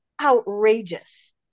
outrageous